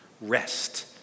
rest